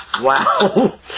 Wow